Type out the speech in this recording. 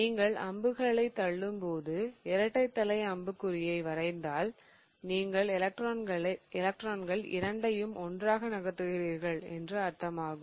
நீங்கள் அம்புகளைத் தள்ளும்போது இரட்டை தலை அம்புக்குறியை வரைந்தால் நீங்கள் எலக்ட்ரான்கள் இரண்டையும் ஒன்றாக நகர்த்துகிறீர்கள் என்று அர்த்தமாகும்